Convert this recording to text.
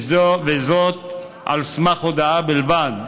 וזאת על סמך הודעה בלבד,